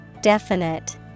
Definite